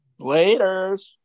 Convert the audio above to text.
laters